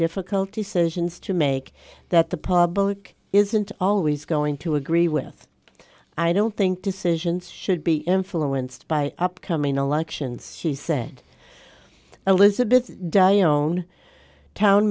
difficulty sessions to make that the public isn't always going to agree with i don't think decisions should be influenced by upcoming elections she said elizabeth di own town